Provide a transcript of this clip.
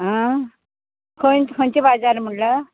आ खंय खंयचे बाजार म्हणलो